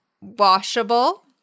washable